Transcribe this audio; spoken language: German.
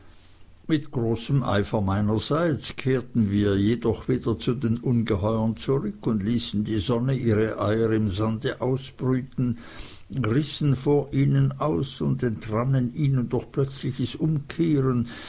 mit großem eifer meinerseits kehrten wir jedoch wieder zu den ungeheuern zurück und ließen die sonne ihre eier im sande ausbrüten rissen vor ihnen aus und entrannen ihnen durch plötzliches umkehren